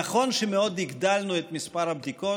נכון שמאוד הגדלנו את מספר הבדיקות,